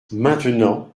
maintenant